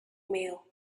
meal